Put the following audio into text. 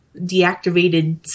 deactivated